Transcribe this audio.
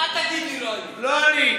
אל תגיד לי: לא אני.